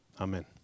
Amen